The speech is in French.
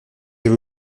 avez